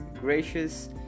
gracious